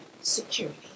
security